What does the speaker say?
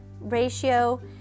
ratio